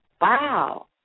wow